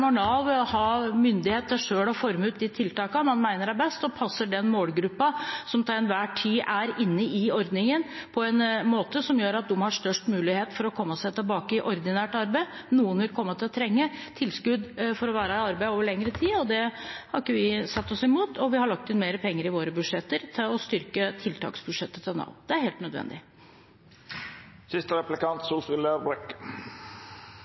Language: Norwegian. Nav ha myndighet til selv å forme ut de tiltakene de mener er best og passer den målgruppa som til enhver tid er inne i ordningen, på en måte som gjør at de har størst mulighet til å komme seg tilbake i ordinært arbeid. Noen vil komme til å trenge tilskudd for å være i arbeid over lengre tid. Det har ikke vi satt oss imot, og vi har lagt inn mer penger i våre budsjetter til å styrke tiltaksbudsjettet til Nav. Det er helt nødvendig.